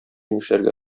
нишләргә